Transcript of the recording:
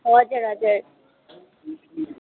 हजुर हजुर